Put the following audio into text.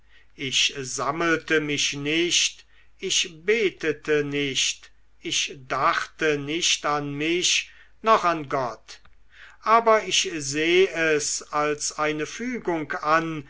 ich sammelte mich nicht ich betete nicht ich dachte nicht an mich noch an gott aber ich seh es als eine führung an